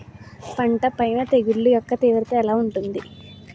పంట పైన తెగుళ్లు యెక్క తీవ్రత ఎలా ఉంటుంది